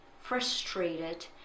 frustrated